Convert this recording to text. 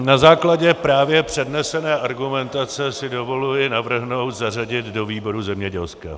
Na základě právě přednesené argumentace si dovoluji navrhnout zařadit do výboru zemědělského.